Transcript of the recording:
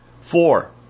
Four